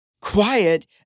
quiet